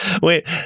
Wait